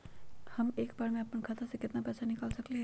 हम एक बार में अपना खाता से केतना पैसा निकाल सकली ह?